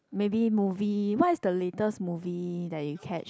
maybe movie what is the latest movie that you catch